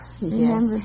yes